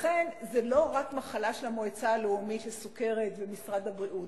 לכן זו לא רק מחלה של המועצה הלאומית לסוכרת ומשרד הבריאות.